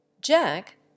jack